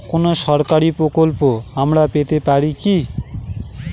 কোন সরকারি প্রকল্প আমরা পেতে পারি কি?